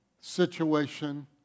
situation